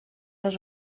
les